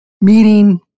meeting